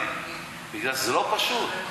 מפני שזה לא פשוט.